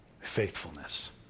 faithfulness